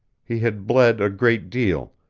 he had bled a great deal,